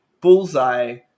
Bullseye